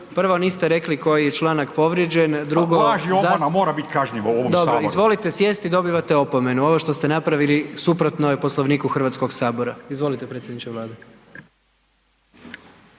prvo niste rekli koji je članak povrijeđen, drugo .../Upadica Glasnović: Laž i obmana mora biti kažnjivo u ovom Saboru./... Dobro, izvolite sjesti, dobivate opomenu. Ovo što ste napravili suprotno je Poslovniku HS-a. Izvolite predsjedniče Vlade.